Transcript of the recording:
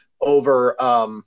over